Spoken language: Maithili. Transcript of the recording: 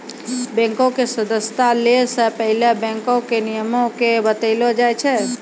बैंको के सदस्यता लै से पहिले बैंको के नियमो के बतैलो जाय छै